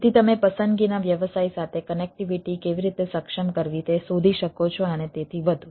તેથી તમે પસંદગીના વ્યવસાય સાથે કનેક્ટિવિટી કેવી રીતે સક્ષમ કરવી તે શોધી શકો છો અને તેથી વધુ